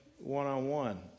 one-on-one